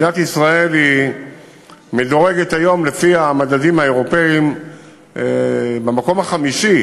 מדינת ישראל מדורגת היום לפי המדדים האירופיים במקום החמישי